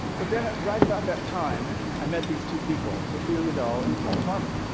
but then right about that time, i met these two people, ophelia dahl and paul farmer.